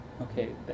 Okay